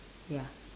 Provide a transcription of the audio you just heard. ya